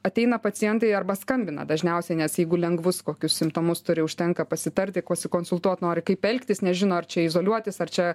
ateina pacientai arba skambina dažniausiai nes jeigu lengvus kokius simptomus turi užtenka pasitarti pasikonsultuot nori kaip elgtis nežino ar čia izoliuotis ar čia